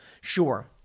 Sure